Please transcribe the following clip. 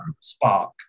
spark